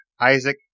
Isaac